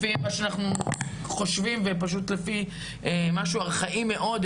לפי מה שאנחנו חושבים ופשוט לפי משהו ארכאי מאוד,